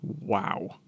Wow